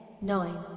nine